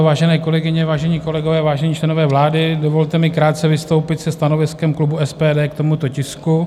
Vážené kolegyně, vážení kolegové, vážení členové vlády, dovolte mi krátce vystoupit se stanoviskem klubu SPD k tomuto tisku.